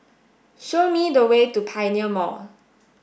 show me the way to Pioneer Mall